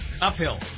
Uphill